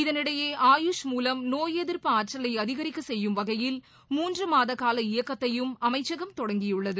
இதனிடையே ஆயுஷ் மூலம் நோய் எதிர்ப்பு ஆற்றலை அதிகரிக்க செய்யும் வகையில் மூன்று மாதகால இயக்கத்தையும் அமைச்சகம் தொடங்கியுள்ளது